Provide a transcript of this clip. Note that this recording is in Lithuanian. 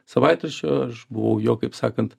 savaitraščio aš buvau jo kaip sakant